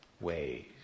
ways